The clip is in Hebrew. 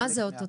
מה זה אוטוטו?